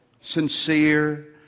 sincere